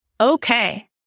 Okay